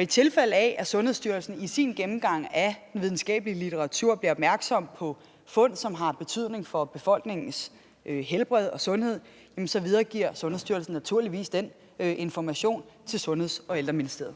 I tilfælde af at Sundhedsstyrelsen i sin gennemgang af den videnskabelige litteratur bliver opmærksom på fund, som har betydning for befolkningens helbred og sundhed, så videregiver Sundhedsstyrelsen naturligvis den information til Sundheds- og Ældreministeriet.